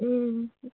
ও